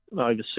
overseas